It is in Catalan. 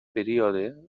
període